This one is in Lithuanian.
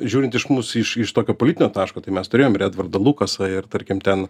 žiūrint iš mūsiš iš tokio politinio taško tai mes turėjom ir edvardą lukasą ir tarkim ten